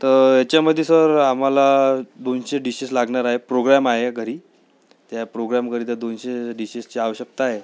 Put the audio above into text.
तर याच्यामधे सर आम्हाला दोनशे डिशेस् लागणार आहे प्रोग्राम आहे घरी त्या प्रोग्रामकरिता दोनशे डिशेसची आवश्यकता आहे